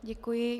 Děkuji.